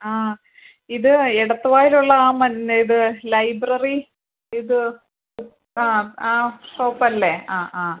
ആ ഇത് എടത്തുവായിലുള്ള ആ മന്ന ഇത് ലൈബ്രറി ഇത് ആ ആ ഷോപ്പ് അല്ലേ ആ ആ